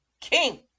king